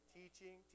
teaching